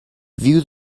view